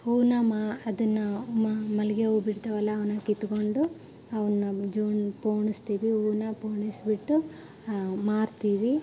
ಹೂವನ್ನು ಮಾ ಅದನ್ನು ಮಲ್ಲಿಗೆ ಹೂವು ಬಿಡ್ತಾವಲ್ಲ ಅವುನ್ನ ಕಿತ್ಕೊಂಡು ಅವನ್ನು ಜೋಡಿ ಪೋಣಿಸ್ತೀವಿ ಹೂವುನ್ನ ಪೋಣಿಸಿಬಿಟ್ಟು ಮಾರ್ತೀವಿ